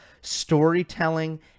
storytelling